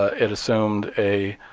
ah it assumed a